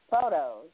photos